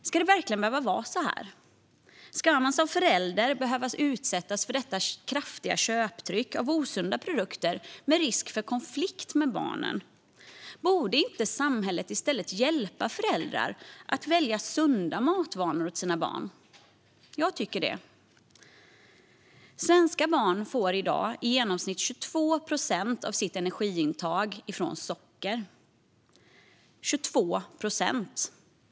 Ska det verkligen behöva vara så här? Ska man som förälder behöva utsättas för detta kraftiga köptryck i fråga om osunda produkter med risk för konflikt med barnen? Borde inte samhället i stället hjälpa föräldrar att skapa sunda matvanor åt sina barn? Jag tycker det. Svenska barn får i dag i genomsnitt 22 procent av sitt energiintag från socker.